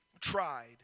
tried